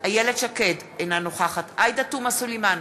איילת שקד, אינה נוכחת עאידה תומא סלימאן,